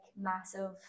massive